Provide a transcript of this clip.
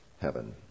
heaven